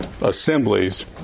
assemblies